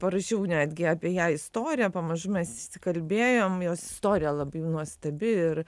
parašiau netgi apie ją istoriją pamažu mes įsikalbėjom jos istorija labai nuostabi ir